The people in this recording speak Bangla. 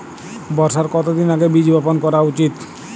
বর্ষার কতদিন আগে বীজ বপন করা উচিৎ?